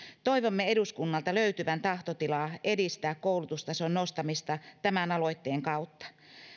toivomme eduskunnalta löytyvän tahtotilaa edistää koulutustason nostamista tämän aloitteen kautta